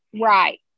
right